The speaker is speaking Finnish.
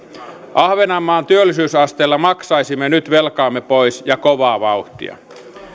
ahvenanmaan työllisyysasteella maksaisimme nyt velkaamme pois ja kovaa vauhtia